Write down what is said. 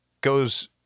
goes